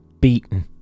beaten